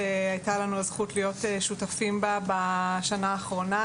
שהיתה לנו הזכות להיות שותפים בה בשנה האחרונה.